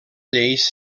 lleis